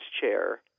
chair